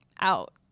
out